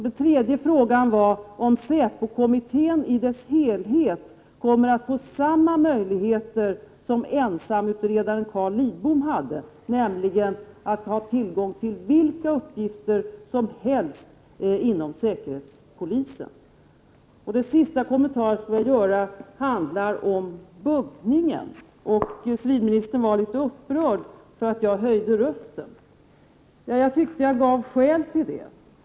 Den tredje frågan var om säpokommittén i dess helhet kommer att få samma möjligheter som ensamutredaren Carl Lidbom hade, nämligen att ha tillgång till vilka uppgifter som helst inom säkerhetspolisen. Den sista kommentaren jag skulle vilja göra handlar om buggningen. Civilministern var litet upprörd för att jag höjde rösten. Jag tyckte att jag angav skälen till det.